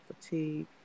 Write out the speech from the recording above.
fatigue